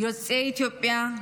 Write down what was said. שיוצאי אתיופיה,